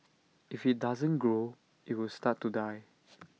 if IT doesn't grow IT will start to die